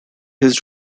his